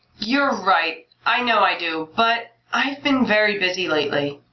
you're right. i know i do. but i've been very busy lately.